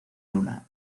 luna